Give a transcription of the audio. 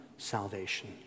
salvation